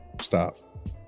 Stop